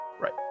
Right